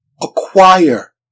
acquire